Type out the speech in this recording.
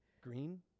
Green